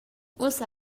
ussa